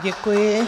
Děkuji.